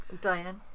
Diane